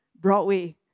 Broadway